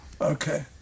Okay